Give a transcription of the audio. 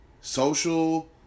Social